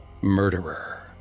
Murderer